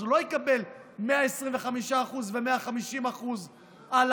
אז הוא לא יקבל 125% ו-150% על